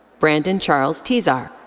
brandon charles tesar.